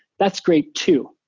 that's great too.